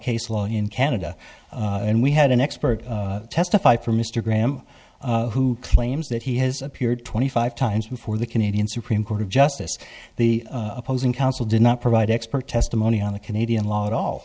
case law in canada and we had an expert testify for mr graham who claims that he has appeared twenty five times before the canadian supreme court of justice the opposing counsel did not provide expert testimony on the canadian law at all